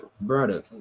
brother